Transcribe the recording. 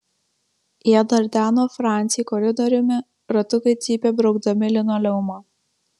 jie dardeno francį koridoriumi ratukai cypė braukdami linoleumą